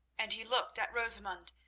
and he looked at rosamund,